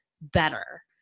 better